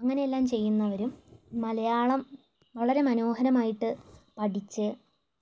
അങ്ങനെയെല്ലാം ചെയ്യുന്നവരും മലയാളം വളരെ മനോഹരമായിട്ട് പഠിച്ച്